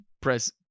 press